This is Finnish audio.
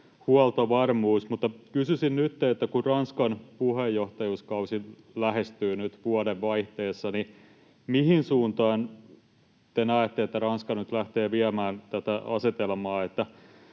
huoltovarmuus. Mutta kysyisin nytten: kun Ranskan puheenjohtajuuskausi lähestyy nyt vuodenvaihteessa, niin mihin suuntaan te näette Ranskan nyt lähtevän viemään tätä asetelmaa?